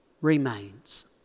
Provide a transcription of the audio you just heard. remains